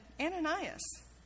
Ananias